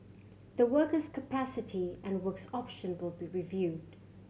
the worker's capacity and works option will be reviewed